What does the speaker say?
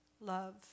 Love